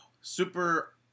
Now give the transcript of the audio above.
Super